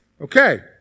Okay